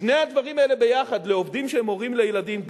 שני הדברים האלה יחד לעובדים שהם הורים לילדים,